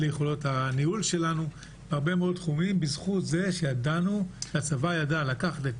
הרבה מאוד בזכות זה שהצבא ידע לקחת את